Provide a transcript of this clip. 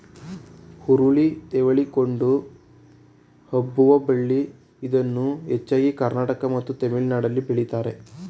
ಹುರುಳಿ ತೆವಳಿಕೊಂಡು ಹಬ್ಬುವ ಬಳ್ಳಿ ಇದನ್ನು ಹೆಚ್ಚಾಗಿ ಕರ್ನಾಟಕ ಮತ್ತು ತಮಿಳುನಾಡಲ್ಲಿ ಬೆಳಿತಾರೆ